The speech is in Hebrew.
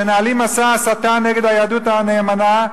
מנהלים מסע הסתה נגד היהדות הנאמנה,